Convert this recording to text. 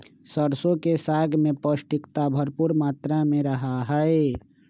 सरसों के साग में पौष्टिकता भरपुर मात्रा में रहा हई